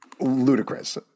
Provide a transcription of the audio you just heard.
Ludicrous